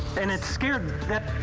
and it scared that